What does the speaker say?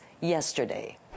yesterday